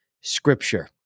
scripture